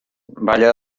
balla